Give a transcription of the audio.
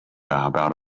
about